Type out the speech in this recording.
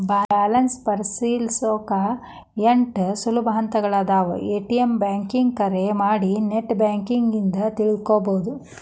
balance ಪರಿಶೇಲಿಸೊಕಾ ಎಂಟ್ ಸುಲಭ ಹಂತಗಳಾದವ ಎ.ಟಿ.ಎಂ ಬ್ಯಾಂಕಿಂಗ್ ಕರೆ ಮಾಡಿ ನೆಟ್ ಬ್ಯಾಂಕಿಂಗ್ ಇಂದ ತಿಳ್ಕೋಬೋದು